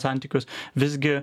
santykius visgi